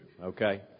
Okay